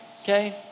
okay